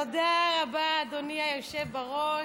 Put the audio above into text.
תודה רבה, אדוני היושב בראש.